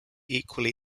equally